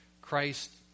Christ